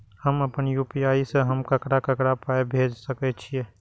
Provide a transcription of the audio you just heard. हम आपन यू.पी.आई से हम ककरा ककरा पाय भेज सकै छीयै?